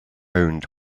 owned